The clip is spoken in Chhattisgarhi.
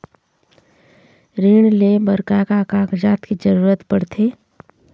ऋण ले बर का का कागजात के जरूरत पड़थे?